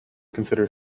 consider